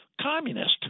communist